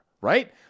right